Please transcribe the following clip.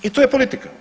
I to je politika.